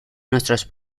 nuestros